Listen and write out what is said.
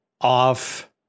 Off